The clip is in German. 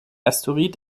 asteroid